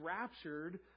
raptured